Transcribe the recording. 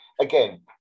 again